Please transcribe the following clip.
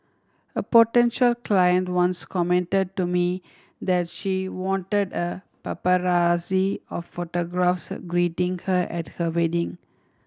a potential client once commented to me that she wanted a paparazzi of photographers greeting her at her wedding